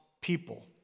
people